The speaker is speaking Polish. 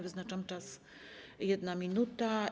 Wyznaczam czas - 1 minuta.